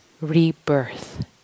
rebirth